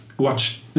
Watch